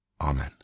Amen